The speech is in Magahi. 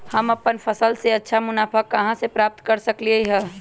हम अपन फसल से अच्छा मुनाफा कहाँ से प्राप्त कर सकलियै ह?